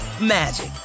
magic